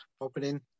opening